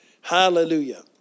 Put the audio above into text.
hallelujah